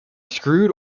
screwed